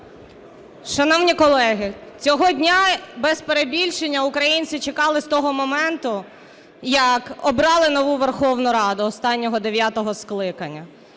Шановні колеги, цього дня, без перебільшення, українці чекали з того моменту, як обрали нову Верховну Раду останнього дев'ятого скликання,